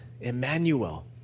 Emmanuel